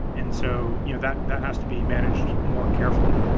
and so you know that that has to be managed more carefully.